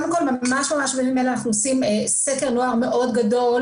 קודם כל ממש ממש בימים אלה אנחנו עושים סקר נוער מאוד גדול